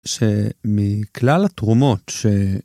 שמכלל התרומות ש...